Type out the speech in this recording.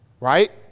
Right